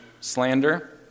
slander